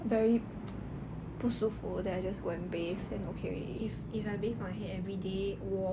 don't know what love story happen then they meet like !wah! I feel like 那种总裁 right